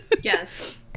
Yes